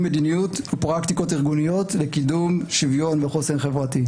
מדיניות ופרקטיקות ארגוניות וקידום שוויון וחוסן חברתי.